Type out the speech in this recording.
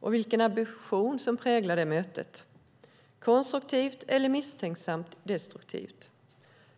och vilken ambition som präglar det mötet - konstruktivt eller misstänksamt destruktivt.